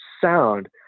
sound